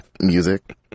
music